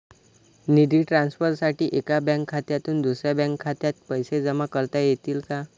निधी ट्रान्सफरसाठी एका बँक खात्यातून दुसऱ्या बँक खात्यात पैसे जमा करता येतील का?